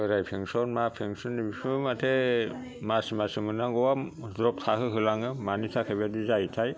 बोराइ फेनसन मा फेनसन बेफोरबो माथो मास मास मोननांगौआ द्रब थाहो होलाङो मानि थाखाय बेबायदि जायोथाय